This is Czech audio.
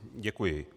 Děkuji.